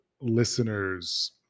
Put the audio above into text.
listeners